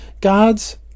God's